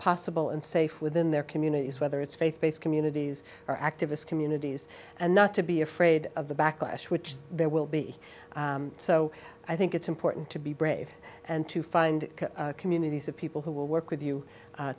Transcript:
possible and safe within their communities whether it's faith based communities or activist communities and not to be afraid of the backlash which there will be so i think it's important to be brave and to find communities of people who will work with you